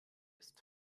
ist